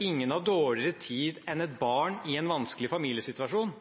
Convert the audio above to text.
Ingen har dårligere tid enn et barn i en vanskelig familiesituasjon.